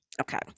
okay